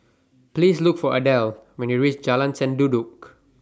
Please Look For Adel when YOU REACH Jalan Sendudok